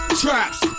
traps